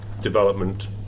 development